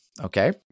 Okay